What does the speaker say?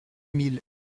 mille